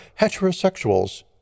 heterosexuals